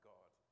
God